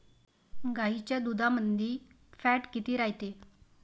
गाईच्या दुधामंदी फॅट किती रायते?